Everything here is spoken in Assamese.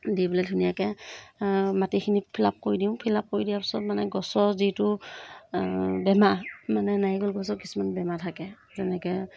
দি পেলাই ধুনীয়াকৈ মাটিখিনি ফিল আপ কৰি দিওঁ ফিল আপ কৰি দিয়াৰ পিছত মানে গছৰ যিটো বেমাৰ মানে নাৰিকল গছৰ কিছুমান বেমাৰ থাকে যেনেকৈ